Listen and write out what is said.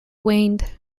waned